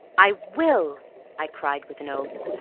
i will, i cried with an oath.